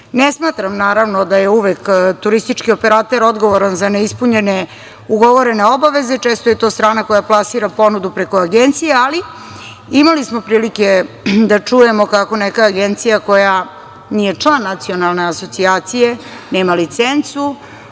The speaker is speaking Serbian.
Ne smatram, naravno, da je uvek turistički operater odgovoran za neispunjene ugovorene obaveze, često je to strana koja plasira ponudu preko agencije, ali imali smo prilike da čujemo kako neka agencija koja nije član Nacionalne asocijacije, nema licencu,